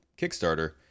kickstarter